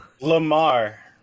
Lamar